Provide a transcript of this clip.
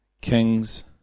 kings